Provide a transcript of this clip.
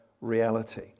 reality